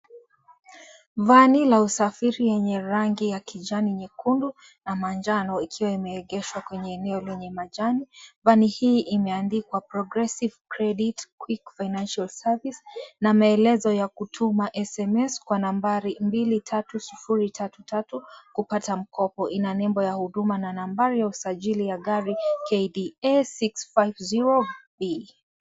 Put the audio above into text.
Vani ya usafiri yenye rangi ya ...nyekundu na manjano likiwa limeegeshwa kwenye eneo lenye majani. Vani hii imeandikwa Progressive Credit Quick Financial Service na maelezo ya kutuma sms kwa nambari mbili tatu sufuri tatu tatu kupata mkopo. Ina nembo ya huduma na nambari ya usajili wa gari KDS650E.